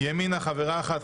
לימינה חברה אחת,